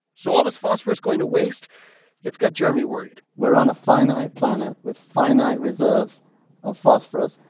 so all this phosphorus going to waste it's got jeremy worried we're on a finite planet with finite reserves of phosphorus.